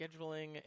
scheduling